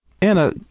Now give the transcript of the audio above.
Anna